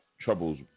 troubles